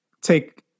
take